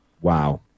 wow